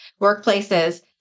workplaces